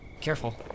Careful